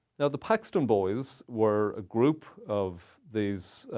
now, the paxton boys were a group of these